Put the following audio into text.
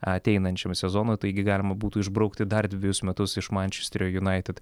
ateinančiam sezonui taigi galima būtų išbraukti dar dvejus metus iš mančester junaitid